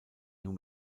new